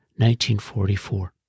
1944